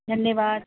धन्यवाद